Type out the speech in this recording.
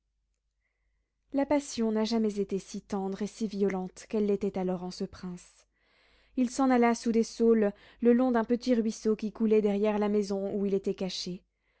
la passion n'a jamais été si tendre et si violente qu'elle l'était alors en ce prince il s'en alla sous des saules le long d'un petit ruisseau qui coulait derrière la maison où il était caché